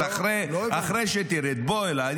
אז אחרי שתרד בוא אליי,